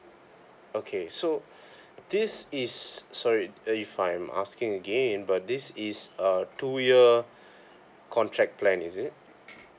okay so this is sorry if I'm asking again but this is a two year contract plan is it